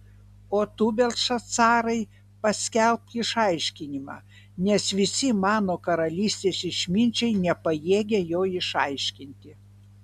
o tu beltšacarai paskelbk išaiškinimą nes visi mano karalystės išminčiai nepajėgia jo išaiškinti